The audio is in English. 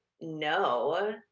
no